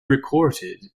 recorded